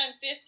fifth